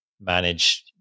manage